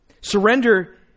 Surrender